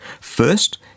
First